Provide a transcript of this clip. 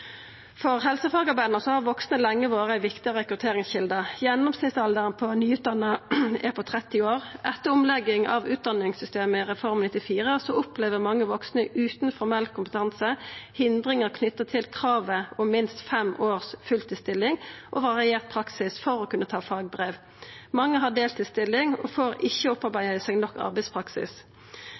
For helsefagarbeidarane har vaksne lenge vore ei viktig rekrutteringskjelde. Gjennomsnittsalderen på nyutdanna er 30 år. Etter omlegginga av utdanningssystemet i Reform 94 opplever mange vaksne utan formell kompetanse hindringar knytte til kravet om minst fem års fulltidsstilling og variert praksis for å kunna ta fagbrev. Mange har ei deltidsstilling og får ikkje opparbeidd seg nok arbeidspraksis.